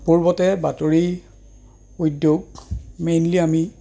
পূৰ্বতে বাতৰি উদ্যোগ মেইনলি আমি